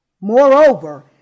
Moreover